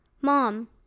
Mom